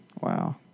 Wow